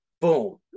boom